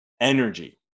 energy